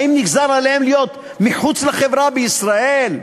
האם נגזר עליהם להיות מחוץ לחברה בישראל?